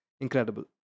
Incredible